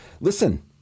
Listen